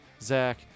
Zach